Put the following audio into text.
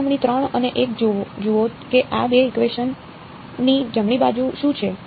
તેથી સરખામણી 3 અને 1 જુઓ કે આ બે ઇકવેશન ની જમણી બાજુ શું છે